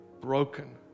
broken